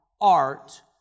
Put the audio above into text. art